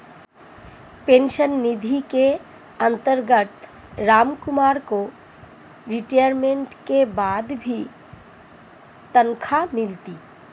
pension निधि के अंतर्गत रामकुमार को रिटायरमेंट के बाद भी तनख्वाह मिलती